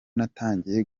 natangiye